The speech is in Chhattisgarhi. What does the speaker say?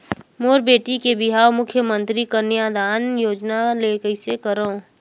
मोर बेटी के बिहाव मुख्यमंतरी कन्यादान योजना ले कइसे करव?